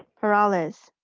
peralez,